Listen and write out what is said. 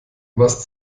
was